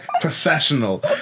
Professional